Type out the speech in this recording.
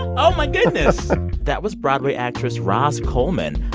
oh, my goodness that was broadway actress ros coleman.